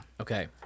Okay